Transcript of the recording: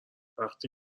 وقتی